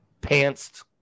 pants